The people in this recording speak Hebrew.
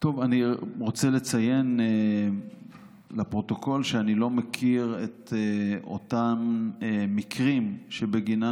אני רוצה לציין לפרוטוקול שאני לא מכיר את אותם מקרים שבגינם